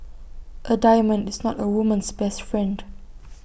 A diamond is not A woman's best friend